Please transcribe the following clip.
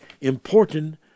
important